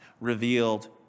revealed